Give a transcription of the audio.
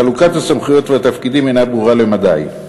חלוקת הסמכויות והתפקידים אינה ברורה למדי.